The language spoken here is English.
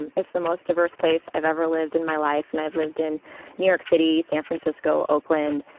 and it's the most diverse place i've ever lived in my life. and i've lived in new york city, san francisco, oakland.